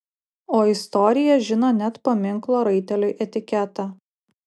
o istorija žino net paminklo raiteliui etiketą